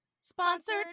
sponsored